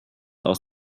aus